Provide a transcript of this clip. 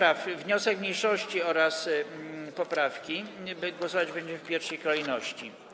Nad wnioskiem mniejszości oraz poprawkami głosować będziemy w pierwszej kolejności.